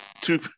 two